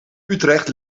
utrecht